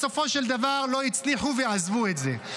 בסופו של דבר, לא הצליחו ועזבו את זה.